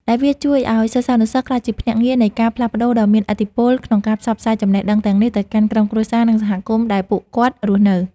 ដែលវាជួយឱ្យសិស្សានុសិស្សក្លាយជាភ្នាក់ងារនៃការផ្លាស់ប្តូរដ៏មានឥទ្ធិពល ក្នុងការផ្សព្វផ្សាយចំណេះដឹងទាំងនេះទៅកាន់ក្រុមគ្រួសារ និងសហគមន៍ដែលពួកគាត់រស់នៅ។